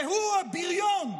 והוא, הבריון,